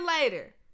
later